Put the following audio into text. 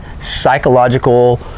psychological